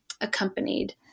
accompanied